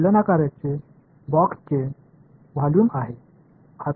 இந்த உருளை பெட்டியின் அளவு அதுதான்